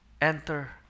Enter